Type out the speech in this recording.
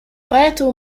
поэтому